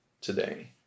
today